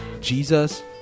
Jesus